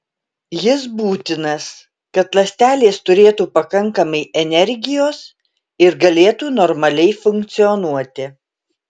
jis būtinas kad ląstelės turėtų pakankamai energijos ir galėtų normaliai funkcionuoti